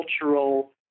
cultural